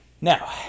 now